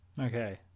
Okay